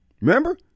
Remember